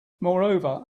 moreover